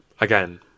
again